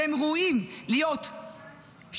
והם ראויים להיות שינניות,